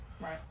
right